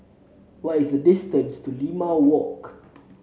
what is the distance to Limau Walk